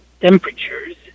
temperatures